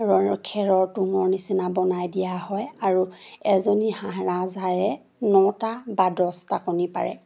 খেৰ খেৰৰ তুঁহৰ নিচিনা বনাই দিয়া হয় আৰু এজনী হাঁহ ৰাজহাঁহে নটা বা দছটা কণী পাৰে